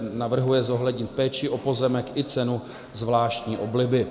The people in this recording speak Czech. Navrhuje zohlednit péči o pozemek i cenu zvláštní obliby.